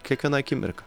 kiekviena akimirka